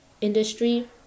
industry